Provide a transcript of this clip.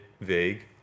vague